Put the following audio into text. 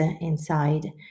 inside